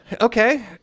okay